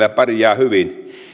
eläkkeellä pärjää hyvin